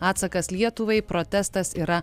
atsakas lietuvai protestas yra